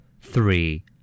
three